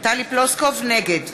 נגד